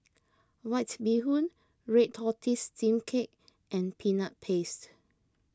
White Bee Hoon Red Tortoise Steamed Cake and Peanut Paste